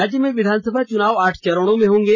राज्य में विधानसभा चुनाव आठ चरणों में होंगे